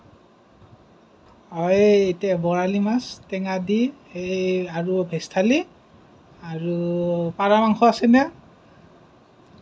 অঁ এই এতিয়া বৰালি মাছ টেঙা দি এই আৰু ভেজ থালি আৰু পাৰ মাংস আছেনে